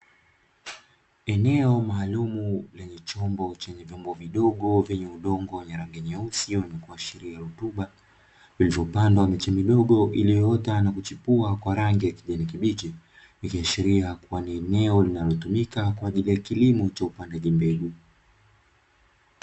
Eneo maalumu lenye chombo chenye vyombo vidogo venye udongo wenye rangi nyeusi, hiyo nikuashiria rutuba vilivopandwa miche midogo iliyoota na kuchipua kwa rangi ya kijani kibichi, ikiashiria kuwa ni eneo linalotumika kwa ajili ya kilimo cha upandaji mbegu.